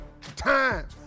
time